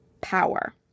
power